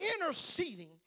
Interceding